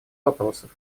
вопросов